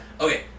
Okay